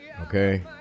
okay